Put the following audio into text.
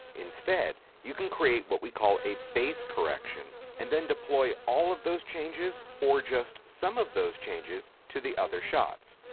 instead, you can create what we call a base correction and then deploy all of those changes or just some of those changes to the other shots.